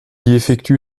effectue